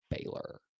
Baylor